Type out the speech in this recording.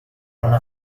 una